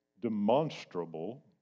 demonstrable